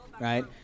right